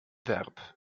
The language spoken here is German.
verb